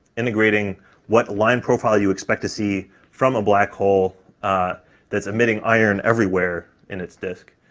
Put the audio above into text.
integrating what line profile you expect to see from a black hole that's emitting iron everywhere in its disk,